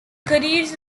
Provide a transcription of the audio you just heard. careers